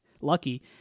lucky